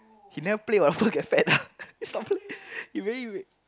he never play what so get fat ah stop playing he really~